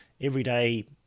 everyday